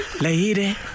lady